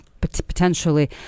potentially